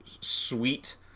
sweet